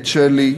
את שלי,